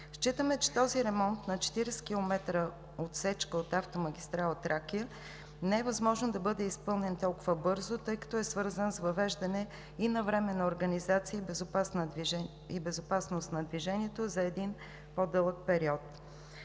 Считаме, че ремонтът на 40 км отсечка от автомагистрала „Тракия“ не е възможно да бъде изпълнен толкова бързо, тъй като е свързан с въвеждане и на временна организация и безопасност на движението за един по-дълъг период.